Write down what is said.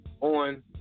on